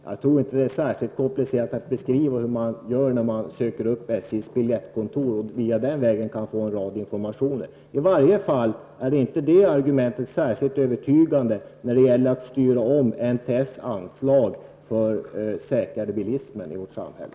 Jag tror inte att det är särskilt komplicerat att beskriva hur man uppsöker SJ:s biljettkontor och den vägen får en rad informationer. I varje fall är det argumentet inte särskilt övertygande när det gäller att ändra NTF:s anslag för att skapa säkrare bilism i vårt samhälle.